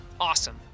Awesome